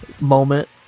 moment